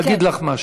להגיד לך משהו.